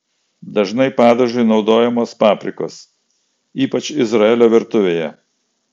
dažnai padažui naudojamos paprikos ypač izraelio virtuvėje